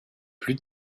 plus